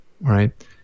right